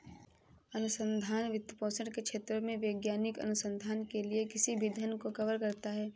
अनुसंधान वित्तपोषण के क्षेत्रों में वैज्ञानिक अनुसंधान के लिए किसी भी धन को कवर करता है